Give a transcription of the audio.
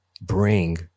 bring